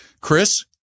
Chris